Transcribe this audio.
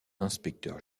inspecteur